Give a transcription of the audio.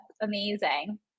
amazing